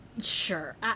sure